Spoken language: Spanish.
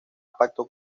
impacto